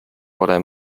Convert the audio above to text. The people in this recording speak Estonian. pole